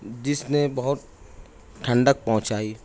جس نے بہت ٹھنڈک پہنچائی